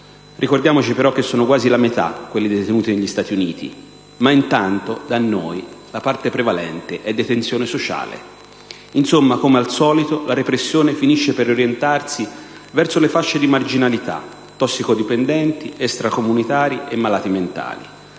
Ricordiamoci però che sono quasi la metà quelli che negli Stati Uniti sono detenuti per questi motivi, ma intanto da noi la parte prevalente è detenzione sociale. Insomma, come al solito, la repressione finisce per orientarsi verso le fasce di marginalità: tossicodipendenti, extracomunitari e malati mentali.